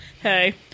Hey